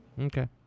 okay